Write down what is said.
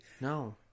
No